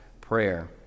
prayer